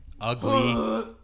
Ugly